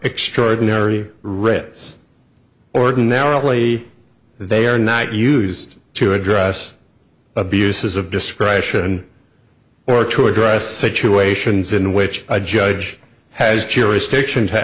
extraordinary writs ordinarily they are not used to address abuses of discretion or to address situations in which a judge has jurisdiction to